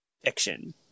fiction